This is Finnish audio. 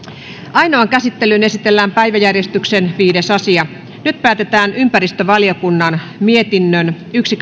ainoaan käsittelyyn esitellään päiväjärjestyksen viides asia nyt päätetään ympäristövaliokunnan mietinnön yksi